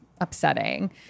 upsetting